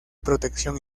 protección